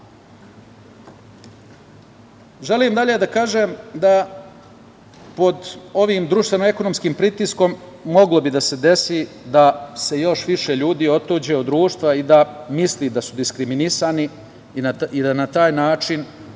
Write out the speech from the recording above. rastu. Želim dalje da kažem da pod ovim društveno-ekonomskim pritiskom moglo bi da se desi da se još više ljudi otuđe od društva i da misli da su diskriminisani i da na taj način